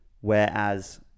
whereas